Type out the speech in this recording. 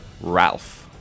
Ralph